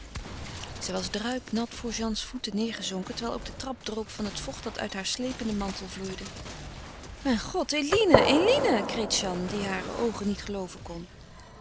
zij was druipnat voor jeanne's voeten neergezonken terwijl ook de trap droop van het vocht dat uit haar sleependen mantel vloeide mijn god eline eline kreet jeanne die hare oogen niet gelooven kon